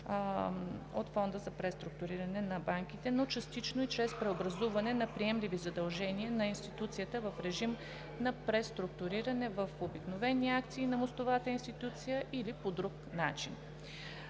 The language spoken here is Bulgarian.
от Фонда за преструктуриране на банките, но частично и чрез преобразуване на приемливи задължения на институцията в режим на преструктуриране в обикновени акции на мостовата институция или по друг начин.